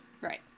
Right